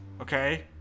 okay